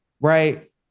right